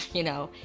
you know,